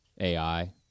AI